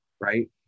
right